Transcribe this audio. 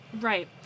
Right